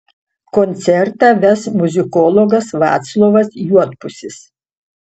koncertą ves muzikologas vaclovas juodpusis